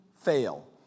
fail